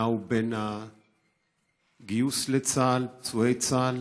שנעו בין הגיוס לצה"ל, פצועי צה"ל,